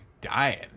dying